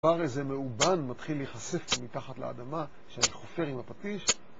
כבר איזה מאובן מתחיל להיחשף מתחת לאדמה כשאני חופר עם הפטיש